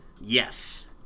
yes